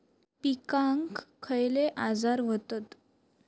पिकांक खयले आजार व्हतत?